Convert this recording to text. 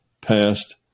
past